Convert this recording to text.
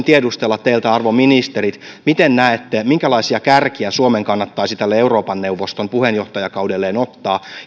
tiedustella teiltä arvon ministerit miten näette minkälaisia kärkiä suomen kannattaisi tälle euroopan neuvoston puheenjohtajakaudelleen ottaa